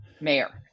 mayor